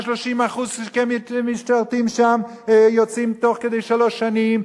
30% שכן משרתים שם יוצאים תוך כדי שלוש שנים,